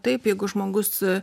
taip jeigu žmogus